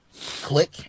Click